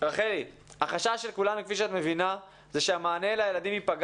עוד משהו שמאוד חשוב שאתם שוכחים לציין הוא מה שיקרה ברגע שמורה יגיע